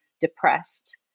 depressed